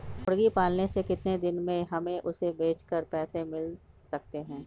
मुर्गी पालने से कितने दिन में हमें उसे बेचकर पैसे मिल सकते हैं?